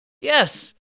Yes